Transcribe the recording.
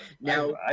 Now